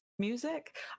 music